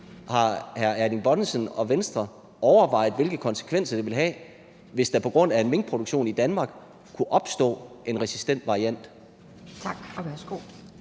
hr. Erling Bonnesen og Venstre overvejet, hvilke konsekvenser det vil have, hvis der på grund af en minkproduktion i Danmark kunne opstå en resistent variant?